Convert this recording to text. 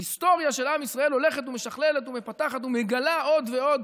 ההיסטוריה של עם ישראל הולכת ומשכללת ומפתחת ומגלה עוד ועוד